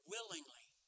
Willingly